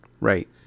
Right